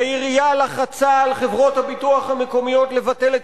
העירייה לחצה על חברות הביטוח המקומיות לבטל את